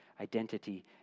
identity